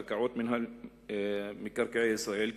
קרקעות מינהל מקרקעי ישראל,